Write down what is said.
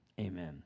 Amen